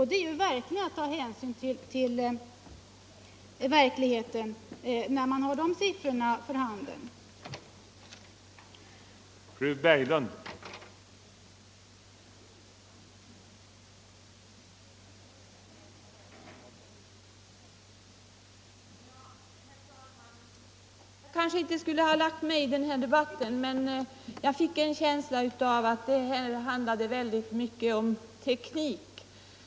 Det är verkligen att ta hänsyn till verkligheten när man med de här siffrorna för handen kräver detta.